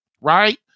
right